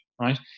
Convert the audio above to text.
right